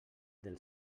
del